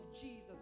Jesus